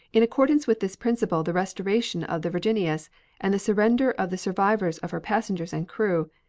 in accordance with this principle, the restoration of the virginius and the surrender of the survivors of her passengers and crew,